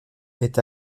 est